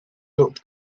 looked